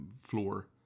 floor